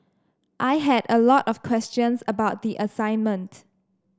I had a lot of questions about the assignment